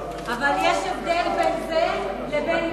אבל יש הבדל בין זה לבין,